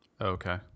Okay